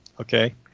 okay